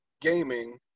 gaming